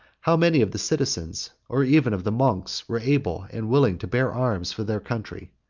how many of the citizens, or even of the monks, were able and willing to bear arms for their country.